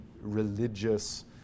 religious